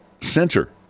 center